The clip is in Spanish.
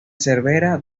cervera